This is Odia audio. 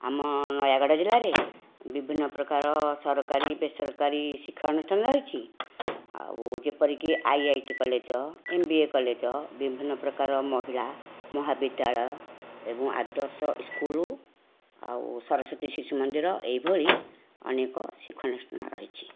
ଆମ ନୟାଗଡ଼ ଜିଲ୍ଲାରେ ବିଭିନ୍ନ ପ୍ରକାର ସରକାରୀ ବେସରକାରୀ ଶିକ୍ଷାନୁଷ୍ଠାନ ରହିଛି ଆଉ ଯେପରିକି ଆଇଆଇଟି କଲେଜ ଏମବିଏ କଲେଜ ବିଭିନ୍ନ ପ୍ରକାର ମହିଳା ମହାବିଦ୍ୟାଳୟ ଏବଂ ଆଦର୍ଶ ସ୍କୁଲ ଆଉ ସରସ୍ୱତୀ ଶିଶୁ ମନ୍ଦିର ଏଇଭଳି ଅନେକ ଶିକ୍ଷାନୁଷ୍ଠାନ ରହିଛି